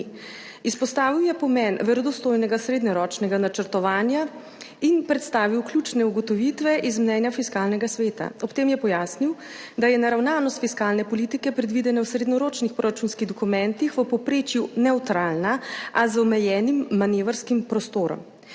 Izpostavil je pomen verodostojnega srednjeročnega načrtovanja in predstavil ključne ugotovitve iz mnenja Fiskalnega sveta, ob tem je pojasnil, da je naravnanost fiskalne politike predvidena v srednjeročnih proračunskih dokumentih v povprečju nevtralna, a z omejenim manevrskim prostorom.